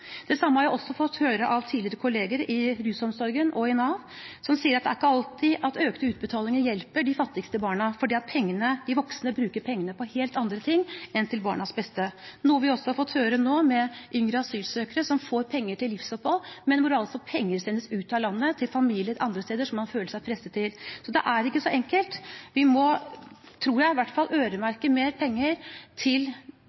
Det samme har jeg også fått høre av tidligere kolleger i rusomsorgen og i Nav, som sier at det ikke alltid er slik at økte utbetalinger hjelper de fattigste barna, fordi de voksne bruker pengene på helt andre ting enn til barnas beste. Det har vi også fått høre nå, med yngre asylsøkere som får penger til livsopphold, men som føler seg presset til å sende penger ut av landet til familie andre steder. Så det er ikke så enkelt. Vi må, tror jeg, øremerke mer penger til